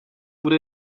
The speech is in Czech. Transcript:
bude